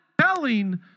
telling